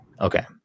okay